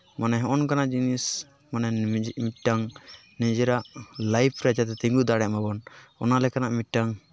ᱢᱟᱱᱮ ᱦᱚᱸᱜᱼᱚ ᱱᱚᱝᱠᱟᱱᱟᱜ ᱡᱤᱱᱤᱥ ᱢᱟᱱᱮ ᱢᱟᱱᱮ ᱢᱤᱫᱴᱟᱝ ᱱᱤᱡᱮᱨᱟᱜ ᱞᱟᱭᱤᱯ ᱴᱟ ᱡᱟᱛᱮ ᱛᱤᱸᱜᱩ ᱫᱟᱲᱮᱭᱟᱜ ᱢᱟᱵᱚᱱ ᱚᱱᱟ ᱞᱮᱠᱟᱱᱟᱜ ᱢᱤᱫᱴᱟᱝ